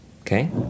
okay